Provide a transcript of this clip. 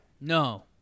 No